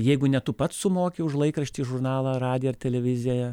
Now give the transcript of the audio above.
jeigu ne tu pats sumoki už laikraštį žurnalą radiją ar televiziją